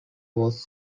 was